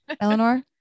Eleanor